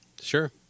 Sure